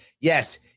Yes